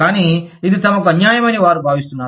కానీ ఇది తమకు అన్యాయమని వారు భావిస్తున్నారు